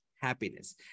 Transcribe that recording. happiness